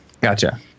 Gotcha